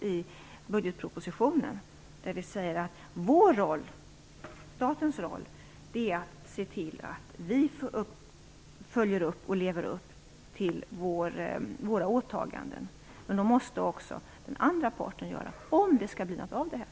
I budgetpropositionen säger vi att statens roll är att se till att vi lever upp till våra åtaganden. Men då måste också den andra parten göra det om det skall bli någonting av det hela.